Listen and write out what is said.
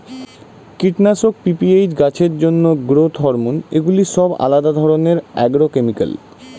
কীটনাশক, পি.পি.এইচ, গাছের জন্য গ্রোথ হরমোন এগুলি সব আলাদা ধরণের অ্যাগ্রোকেমিক্যাল